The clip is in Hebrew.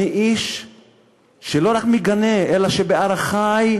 אני איש שלא רק מגנה, אלא שבערכי,